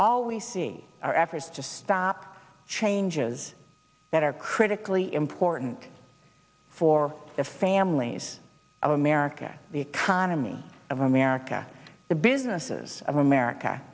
all we see are efforts to stop changes that are critically important for the families of america the economy of america the businesses of america